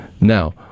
Now